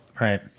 Right